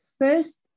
First